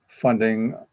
funding